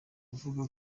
avuga